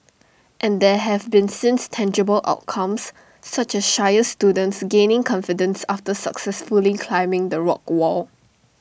and there have been since tangible outcomes such as shyer students gaining confidence after successfully climbing the rock wall